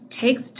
takes